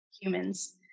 humans